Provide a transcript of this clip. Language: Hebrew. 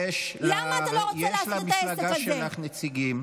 יש למפלגה שלך נציגים,